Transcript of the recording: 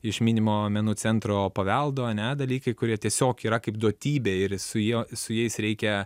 iš minimo menų centro paveldo ane dalykai kurie tiesiog yra kaip duotybė ir su juo su jais reikia